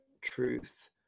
truth